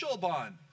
bond